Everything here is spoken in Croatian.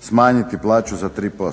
smanjiti plaću za 3%.